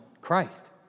Christ